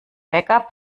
backup